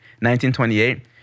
1928